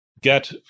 get